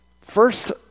First